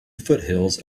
foothills